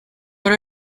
what